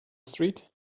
street